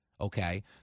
Okay